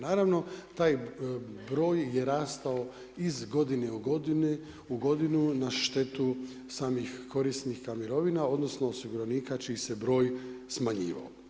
Naravno, taj broj je rastao iz godine u godinu na štetu samih korisnika mirovina, odnosno osiguranika čiji se broj smanjivao.